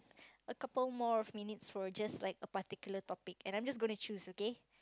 a couple more of minutes for just like a particular topic and I'm just gonna choose okay